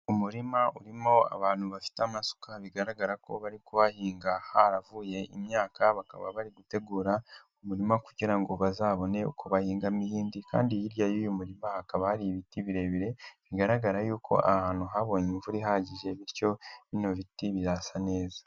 Umurima urimo abantu bafite amasuka bigaragara ko bari kuhahinga haravuye imyaka bakaba bari gutegura umurima kugira ngo bazabone uko bahingamo iyi indi kandi hirya yuy'umuma hakaba hari ibiti birebire bigaragara yuko ahantu habonye imvura ihagije bityo bino biti bisa neza.